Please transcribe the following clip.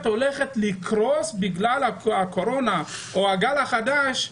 הולכת לקרוס בגלל הקורונה או הגל החדש,